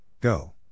Go